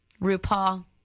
RuPaul